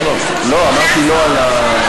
אמרתי לא על,